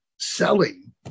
Selling